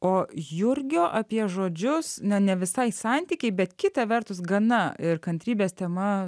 o jurgio apie žodžius ne ne visai santykiai bet kita vertus gana ir kantrybės tema